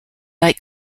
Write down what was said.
like